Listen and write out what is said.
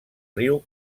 riu